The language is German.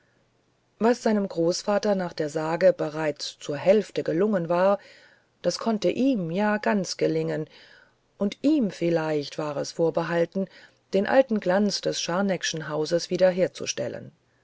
was seinem großvater nach der sage bereits zur hälfte gelungen war das konnte ihm ja ganz gelingen und ihm vielleicht war es vorbehalten den alten glanz des scharneckschen hauses wiederherzustellen